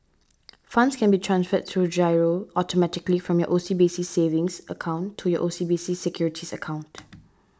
funds can be transferred through G I R O automatically from your O C B C savings account to your O C B C securities account